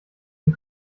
den